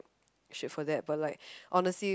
shit for that but like honestly